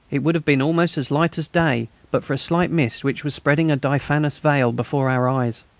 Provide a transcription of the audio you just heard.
it would have been almost as light as day but for a slight mist which was spreading a diaphanous veil before our eyes.